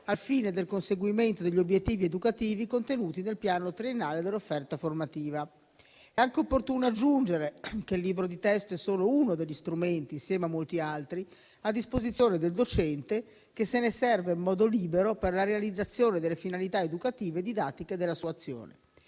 al fine del conseguimento degli obiettivi educativi contenuti nel piano triennale dell'offerta formativa. È anche opportuno aggiungere che il libro di testo è solo uno degli strumenti, insieme a molti altri, a disposizione del docente, che se ne serve in modo libero per la realizzazione delle finalità educative e didattiche della sua azione.